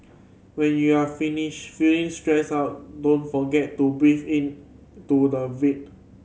when you are finish feeling stressed out don't forget to breathe into the void